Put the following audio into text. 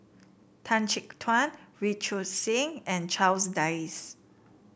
Tan Chin Tuan Wee Choon Seng and Charles Dyce